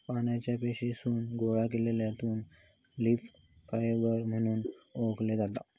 पानांच्या पेशीतसून गोळा केलले तंतू लीफ फायबर म्हणून ओळखले जातत